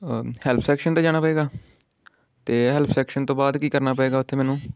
help section 'ਤੇ ਜਾਣਾ ਪਵੇਗਾ ਅਤੇ ਹੈਲਪ ਸੈਕਸ਼ਨ ਤੋਂ ਬਾਅਦ ਕੀ ਕਰਨਾ ਪਵੇਗਾ ਉੱਥੇ ਮੈਨੂੰ